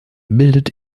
bildet